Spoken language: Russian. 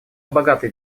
богатый